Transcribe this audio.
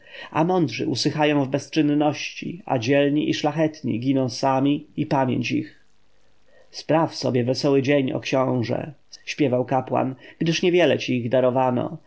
a mądrzy usychają w bezczynności a dzielni i szlachetni giną sami i pamięć ich spraw sobie wesoły dzień o książę śpiewał kapłan gdyż niewiele ci ich darowano